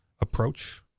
approach